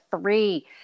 three